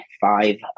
five